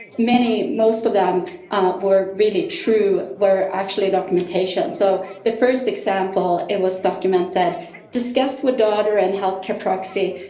many, most of them were really true were actually documentation. so, the first example, it was documented discussed with daughter and healthcare proxy,